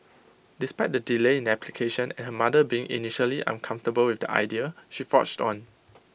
despite the delay in application and her mother being initially uncomfortable with the idea she forged on